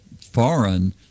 foreign